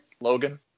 Logan